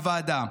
הוועדה.